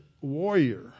warrior